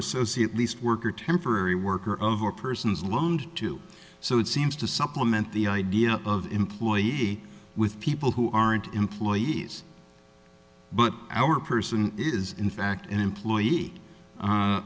associate at least worker temporary worker of or persons loaned to so it seems to supplement the idea of employee with people who aren't employees but our person is in fact an employee